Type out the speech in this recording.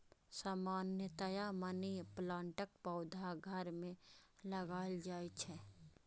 सामान्यतया मनी प्लांटक पौधा घर मे लगाएल जाइ छै